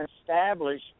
establish